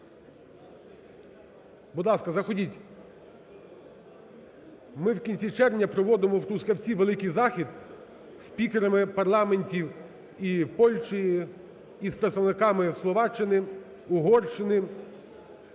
Будь ласка, заходіть. Ми в кінці червня проводимо в Трускавці великий захід із спікерами парламентів і Польщі, і з представниками Словаччини, Угорщини,